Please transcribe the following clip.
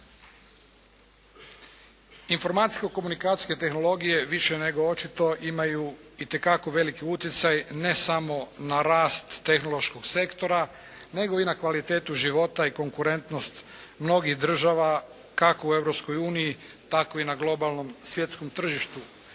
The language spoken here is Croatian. Informacijsko-komunikacijske tehnologije više nego očito imaju itekako veliki utjecaj ne samo na rast tehnološkog sektora, nego i na kvalitetu života i konkurentnost mnogih država kako u Europskoj uniji tako i na globalnom svjetskom tržištu.